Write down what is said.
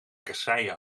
kasseien